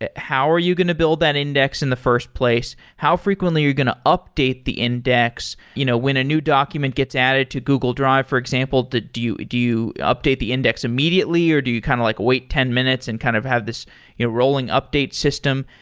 ah how are you going to build that index in the first place? how frequently are you going to update the index? you know when a new document gets added to google drive, for example, do you do you update the index immediately or do you kind of like wait ten minutes and kind of have this rolling update system.